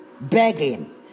begging